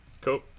Cool